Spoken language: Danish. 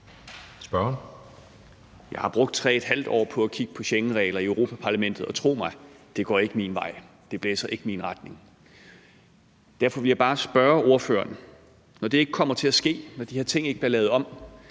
(DF): Jeg har brugt 3½ år på at kigge på Schengenregler i Europaparlamentet, og tro mig, det går ikke min vej, det blæser ikke i min retning. Derfor vil jeg bare spørge ordføreren, at når det ikke kommer til at ske, og når de her ting ikke bliver lavet om,